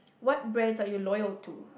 what brands are you loyal to